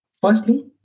Firstly